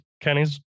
Kenny's